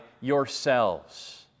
yourselves